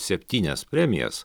septynias premijas